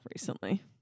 recently